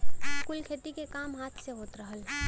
कुल खेती के काम हाथ से होत रहल